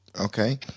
Okay